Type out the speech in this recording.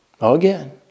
again